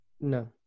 No